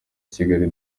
kigali